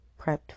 prepped